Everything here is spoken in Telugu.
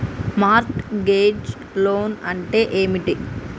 మార్ట్ గేజ్ లోన్ అంటే ఏమిటి?